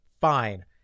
fine